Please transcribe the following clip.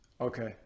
Okay